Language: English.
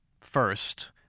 first